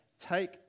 Take